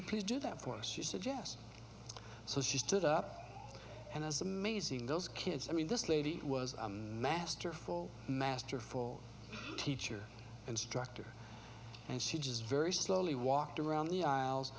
please do that for us you suggest so she stood up and is amazing those kids i mean this lady was masterful masterful teacher instructor and she just very slowly walked around the aisles